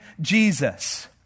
Jesus